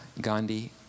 Gandhi